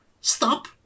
Stop